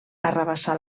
arrabassar